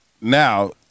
now